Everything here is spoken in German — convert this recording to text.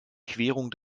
querung